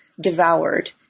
Devoured